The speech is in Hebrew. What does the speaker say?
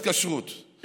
אז כשרות,